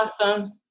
Awesome